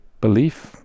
belief